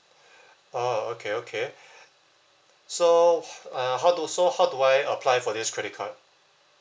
orh okay okay so uh how do so how do I apply for this credit card